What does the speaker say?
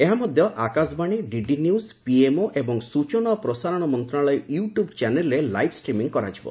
ଏହା ମଧ୍ଧ Akashvani DD news PMO ଏବଂ ସୂଚନା ଏବଂ ପ୍ରସାରଣ ମନ୍ତଶାଳୟ ୟୁଟ୍ୟୁବ୍ ଚ୍ୟାନେଲ୍ରେ ଲାଇଭ୍ ଷ୍ଟିମିଂ ହେବ